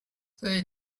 they